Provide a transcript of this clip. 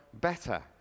better